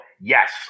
Yes